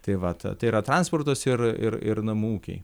tai vat tai yra transportas ir ir ir namų ūkiai